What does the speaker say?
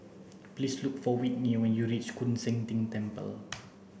please look for Whitney when you reach Koon Seng Ting Temple